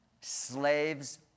slaves